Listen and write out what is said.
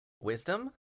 Wisdom